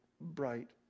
bright